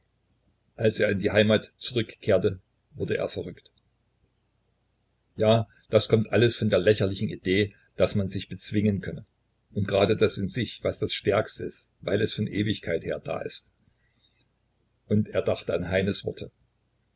als er in die heimat zurückkehrte wurde er verrückt ja das kommt alles von der lächerlichen idee daß man sich bezwingen könne und grade das in sich was das stärkste ist weil es von ewigkeit her da ist und er dachte an heines worte